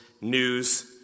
news